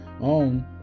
own